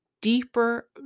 deeper